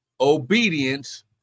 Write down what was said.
Obedience